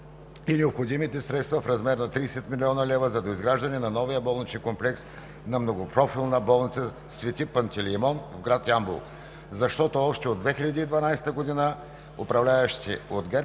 и необходимите средства в размер на 30 млн. лв. за доизграждане на новия болничен комплекс на Многопрофилна болница „Св. Пантелеймон“ в град Ямбол. Защото още от 2012 г. управляващите от ГЕРБ